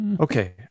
Okay